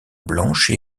blanche